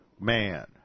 man